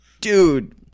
dude